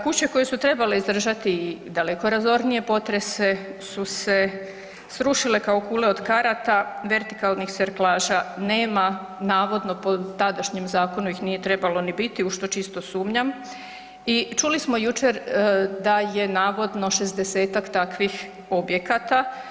Kuće koje su trebale izdržati i daleko razornije potrese su se srušile kao kule od karata, vertikalnih serklaža nema, navodno po, tadašnjem zakonu ih nije trebalo ni biti, u što čisto sumnjam i čuli smo jučer da je navodno 60 takvih objekata.